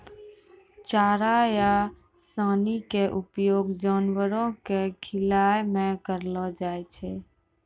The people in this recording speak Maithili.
चारा या सानी के उपयोग जानवरों कॅ खिलाय मॅ करलो जाय छै